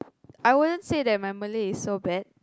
I wouldn't say that my Malay is so bad